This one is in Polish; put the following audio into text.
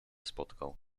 spotkał